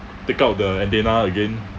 take out the antenna again